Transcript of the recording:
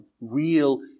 real